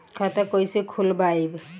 खाता कईसे खोलबाइ?